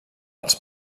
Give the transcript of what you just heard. als